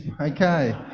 Okay